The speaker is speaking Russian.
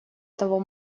того